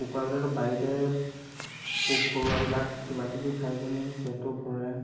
কুকুৰাবিলাকতো বাৰীতে পোক পৰুৱাবিলাক কিবাকিবি খাই কিনি পেটটো ভৰে